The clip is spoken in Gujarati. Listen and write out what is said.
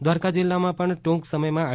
દ્વારકા જિલ્લામાં પણ ટ્રંક સમયમાં આર